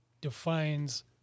defines